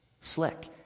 Slick